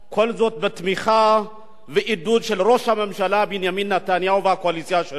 כל זאת בתמיכה ובעידוד של ראש הממשלה בנימין נתניהו והקואליציה שלו.